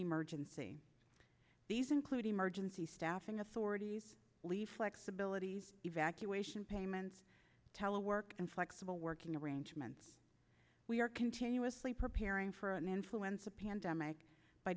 emergency these include emergency staffing authorities leave flexibilities evacuation payments telework and flexible working arrangements we are continuously preparing for an influenza pandemic by